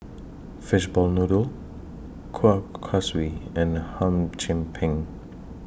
Fishball Noodle Kuih Kaswi and Hum Chim Peng